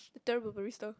the terrible barista